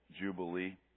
jubilee